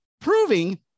proving